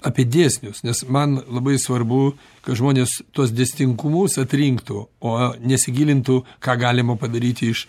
apie dėsnius nes man labai svarbu kad žmonės tuos dėsningumus atrinktų o nesigilintų ką galima padaryti iš